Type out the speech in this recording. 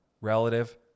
relative